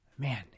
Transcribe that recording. Man